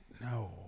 No